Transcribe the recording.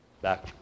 back